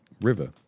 River